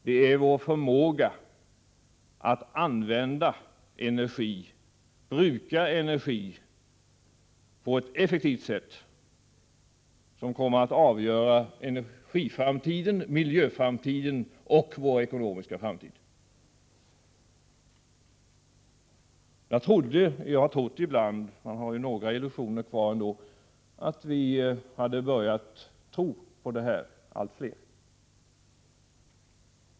Det är vår förmåga att använda energin på ett effektivt sätt som kommer att avgöra energiframtiden, miljöframtiden och vår ekonomiska framtid. Jag trodde — jag har trott ibland, och jag har några illusioner kvar — att allt fler hade börjat inse detta.